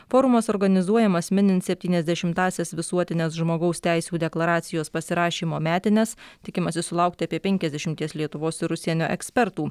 forumas organizuojamas minint septyniasdešimtąsias visuotinės žmogaus teisių deklaracijos pasirašymo metines tikimasi sulaukti apie penkiasdešimties lietuvos ir užsienio ekspertų